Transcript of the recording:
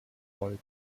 folgen